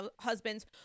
husbands